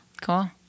Cool